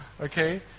okay